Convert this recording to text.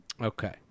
Okay